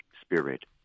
Spirit